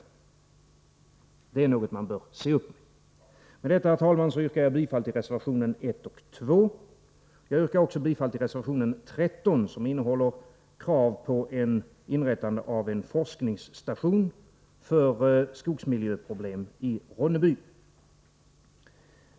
Detta är något man bör se upp med. Med det anförda, herr talman, yrkar jag bifall till reservationerna 1 och 2. Jag yrkar också bifall till reservation 13, som innehåller krav på inrättande av en forskningsstation för skogsmiljöproblem i Ronneby.